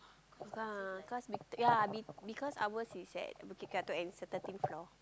uh cause we take ya we because ours is at Bukit-Batok and it's the thirteen floor